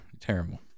Terrible